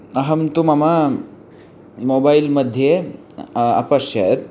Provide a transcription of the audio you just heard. अहं तु मम मोबैल्मध्ये अपश्यम्